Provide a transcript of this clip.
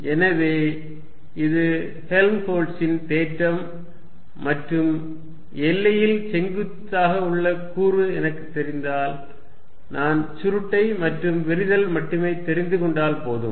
Curl Ezδy Eyδz Exδz Ezδx Eyδx Exδy எனவே இது ஹெல்ம்ஹோல்ட்ஸின் தேற்றம் மற்றும் எல்லையில் செங்குத்தாக உள்ள கூறு எனக்குத் தெரிந்தால் நான் சுருட்டை மற்றும் விரிதல் மட்டுமே தெரிந்து கொண்டால் போதும்